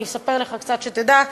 אני אספר לך קצת שתדע,